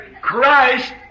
Christ